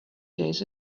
days